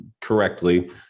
correctly